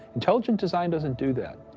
intelligent design doesn't do that.